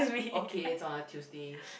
okay it's on a Tuesday